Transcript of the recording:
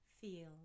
feel